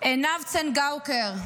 עינב צנגאוקר,